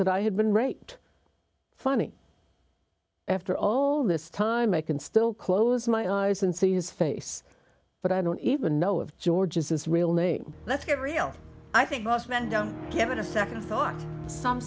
that i had been right funny after all this time i can still close my eyes and see his face but i don't even know of george's real name let's get real i think most men don't give it a nd thought some